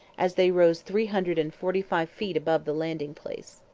as they rose three hundred and forty five feet above the landing-place.